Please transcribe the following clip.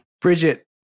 Bridget